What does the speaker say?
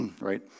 right